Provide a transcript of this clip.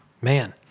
man